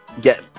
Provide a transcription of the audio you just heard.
get